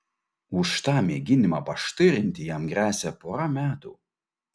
už tą mėginimą paštirinti jam gresia pora metų